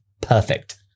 perfect